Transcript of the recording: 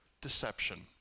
Deception